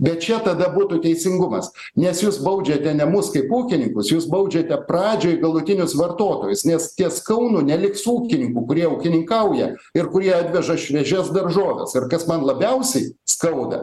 bet čia tada būtų teisingumas nes jūs baudžiate ne mus kaip ūkininkus jūs baudžiate pradžioj galutinius vartotojus nes ties kaunu neliks ūkininkų kurie ūkininkauja ir kurie atveža šviežias daržoves ir kas man labiausiai skauda